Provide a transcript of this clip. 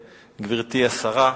תודה, גברתי השרה,